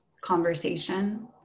conversation